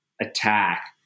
attack